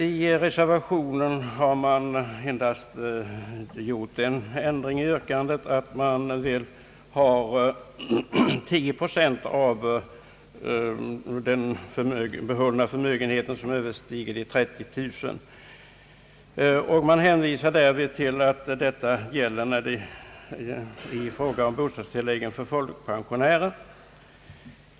I reservationen har man endast gjort en ändring i yrkandet, nämligen att den fastställda beskattningsbara inkomsten skall ökas med 10 procent av den behållna förmögenhet som överstiger 30000 kronor. Man hänvisar därvid till att detta gäller i fråga om bostadstilläggen för folkpensionärer.